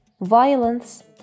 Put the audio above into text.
violence